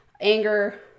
anger